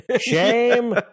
shame